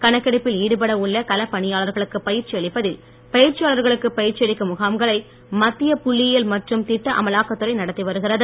கணக்கெடுப்பில் ஈடுபட உள்ள களப் பணியாளர்களுக்குப் பயிற்சி அளிப்பதில் பயிற்சியாளர்களுக்கு பயிற்சியளிக்கும் முகாம்களை மத்திய புள்ளியியல் மற்றும் திட்ட அமலாக்கத்துறை நடத்தி வருகிறது